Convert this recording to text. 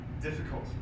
difficult